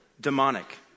demonic